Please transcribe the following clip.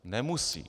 Nemusí.